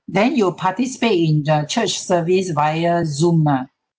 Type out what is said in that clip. then you participate in the church service via zoom ah